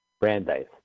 Brandeis